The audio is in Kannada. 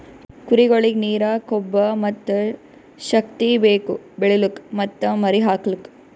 ಕುರಿಗೊಳಿಗ್ ನೀರ, ಕೊಬ್ಬ ಮತ್ತ್ ಶಕ್ತಿ ಬೇಕು ಬೆಳಿಲುಕ್ ಮತ್ತ್ ಮರಿ ಹಾಕಲುಕ್